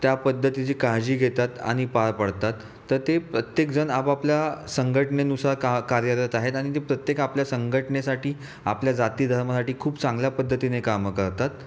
त्या पद्धतीची काळजी घेतात आणि पार पडतात तर ते प्रत्येकजण आपापल्या संघटनेनुसार का कार्यरत आहेत आणि ती प्रत्येक आपल्या संघटनेसाठी आपल्या जाती धर्मासाठी खूप चांगल्या पद्धतीने कामं करतात